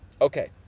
Okay